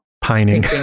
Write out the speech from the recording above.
pining